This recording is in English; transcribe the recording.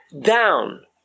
down